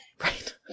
right